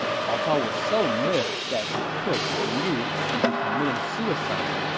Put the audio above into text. cao cao was so miffed that he pushed xun yu into committing suicide.